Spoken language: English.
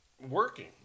working